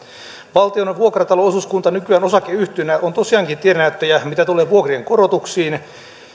valtion vuokratalo osuuskunta nykyään osakeyhtiönä on tosiaankin tiennäyttäjä mitä tulee vuokrien korotuksiin